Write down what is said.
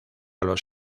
los